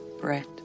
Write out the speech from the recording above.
Brett